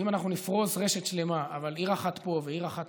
אם אנחנו נפרוש רשת שלמה אבל עיר אחת פה ועיר אחת